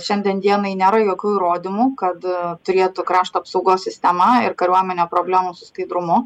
šiandien dienai nėra jokių įrodymų kad turėtų krašto apsaugos sistema ir kariuomenė problemų su skaidrumu